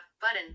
button